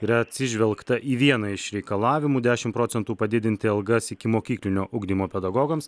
yra atsižvelgta į vieną iš reikalavimų dešimt procentų padidinti algas ikimokyklinio ugdymo pedagogams